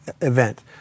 event